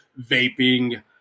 vaping